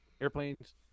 Airplanes